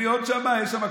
מי עוד שם?